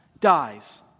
Dies